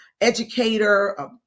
educator